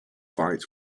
fight